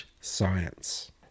science